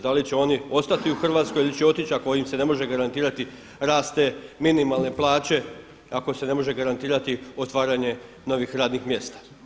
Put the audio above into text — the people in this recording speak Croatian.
Da li će oni ostati u Hrvatskoj ili će otići ako im se ne može garantirati rast te minimalne plaće, ako se ne može garantirati otvaranje novih radnih mjesta.